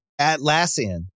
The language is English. Atlassian